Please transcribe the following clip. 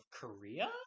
Korea